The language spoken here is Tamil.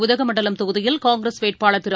உதகமண்டலம் தொகுதியில் காங்கிரஸ் வேட்பாளர் திரு